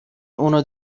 اونو